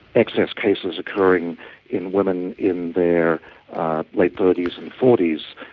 excess cases occurring in women in their late thirty s and forty s.